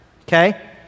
okay